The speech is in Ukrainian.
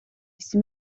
всі